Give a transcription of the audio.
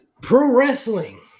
Pro-wrestling